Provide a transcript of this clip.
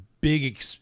big